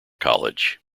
college